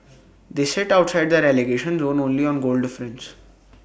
they sit outside the relegation zone only on goal difference